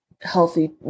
healthy